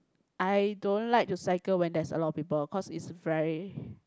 I don't like to cycle when there's a lot of people cause is very